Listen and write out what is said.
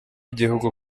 igihugu